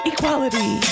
Equality